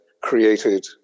created